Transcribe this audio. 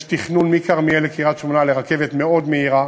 יש תכנון של רכבת מאוד מהירה